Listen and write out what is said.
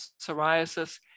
psoriasis